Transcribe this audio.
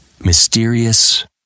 mysterious